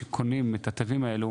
שקונים את התווים האלו